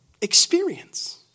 experience